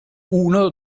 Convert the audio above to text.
uno